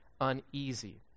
uneasy